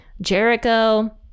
jericho